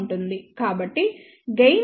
కాబట్టి గెయిన్ దాదాపు 1